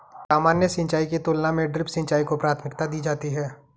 सामान्य सिंचाई की तुलना में ड्रिप सिंचाई को प्राथमिकता दी जाती है